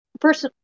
first